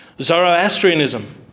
Zoroastrianism